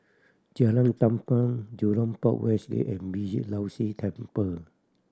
Jalan Tampang Jurong Port West Gate and Beeh Low See Temple